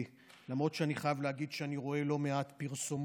למרות שאני חייב להגיד שאני רואה לא מעט פרסומות,